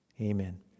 amen